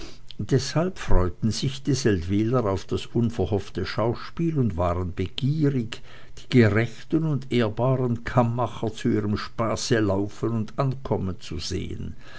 deshalb freuten sich die seldwyler auf das unverhoffte schauspiel und waren begierig die gerechten und ehrbaren kammmacher zu ihrem spaße laufen und ankommen zu sehen